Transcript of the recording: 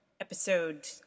episode